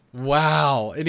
Wow